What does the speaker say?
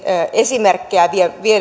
esimerkkejä